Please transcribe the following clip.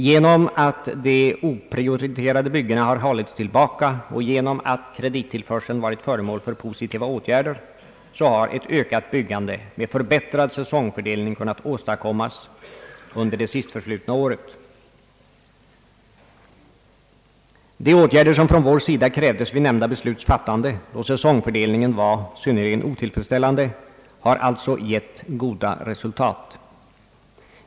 Genom att de oprioriterade byggena har hållits tillbaka och genom att kredittillförseln varit föremål för positiva åtgärder har ett ökat byggande med förbättrad säsongfördelning kunnat åstadkommas under det sist förflutna året. De åtgärder som från vår sida krävdes när det här nämnda beslutet fattades — dvs. då säsongfördelningen var synnerligen otillfredsställande — har alltså gett goda resultat.